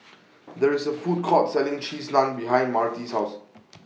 There IS A Food Court Selling Cheese Naan behind Myrtie's House